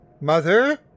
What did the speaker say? Mother